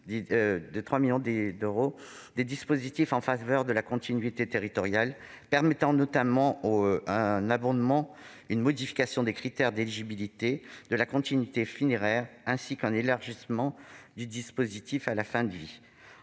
de 3 millions d'euros des dispositifs en faveur de la continuité territoriale, permettant notamment un abondement et une modification des critères d'éligibilité de la « continuité funéraire », ainsi qu'un élargissement du dispositif à la fin de vie.